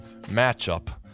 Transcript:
matchup